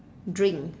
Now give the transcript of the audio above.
drink